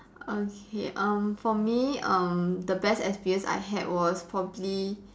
okay um for me um the best experience I had was probably